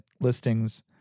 listings